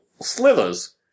slivers